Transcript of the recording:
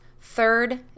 third